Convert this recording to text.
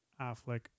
Affleck